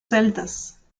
celtas